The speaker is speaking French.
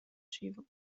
suivant